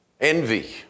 Envy